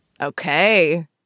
Okay